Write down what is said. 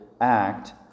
act